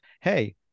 hey